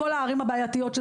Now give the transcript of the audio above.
בכל הערים הבעייתיות,